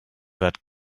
that